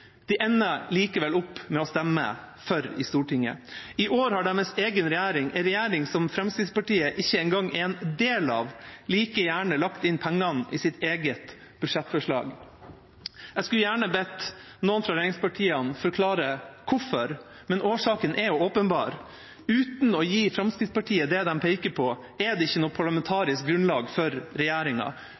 De ender likevel opp med å stemme for i Stortinget. I år har deres egen regjering – en regjering som Fremskrittspartiet ikke engang er en del av – like gjerne lagt pengene inn i sitt eget budsjettforslag. Jeg skulle gjerne bedt noen fra regjeringspartiene forklare hvorfor, men årsaken er jo åpenbar: Uten å gi Fremskrittspartiet det de peker på, er det ikke noe parlamentarisk grunnlag for regjeringa.